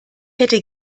hätte